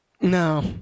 No